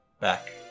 back